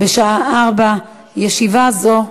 בשעה 16:00. ישיבה זו נעולה.